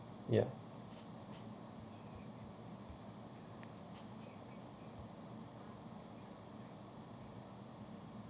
ya